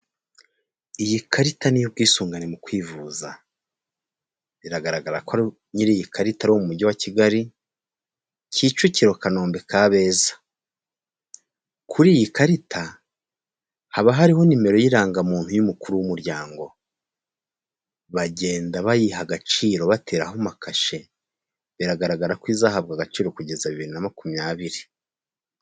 Iyi karita ni iy'ubwisungane mu kwivuza. Biragaragara ko nyiri iyi karita ari uwo mu mujyi wa Kigali, kicukiro, kanombe, kabeza. Kuri iyi karita haba hariho nimero y'irangamuntu y'umukuru w'umuryango, bagenda bayiha agaciro bateraho amakashe. Biragaragara ko izahabwa agaciro kugeza bibiri na makumyabiri.